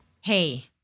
hey